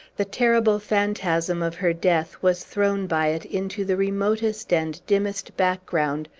the terrible phantasm of her death was thrown by it into the remotest and dimmest background,